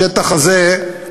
השטח הזה,